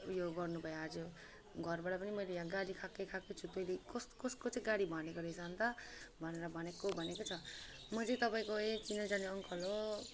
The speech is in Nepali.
यो गर्नुभयो आज घरबाट पनि मैले यहाँ गाली खाएकै खाएको छु तैँले कस्तो कसको चाहिँ गाडी भनेको रहेछ अन्त भनेर भनेको भनेकै छ म चाहिँ तपाईँको यही चिनाजाना अङ्कल हो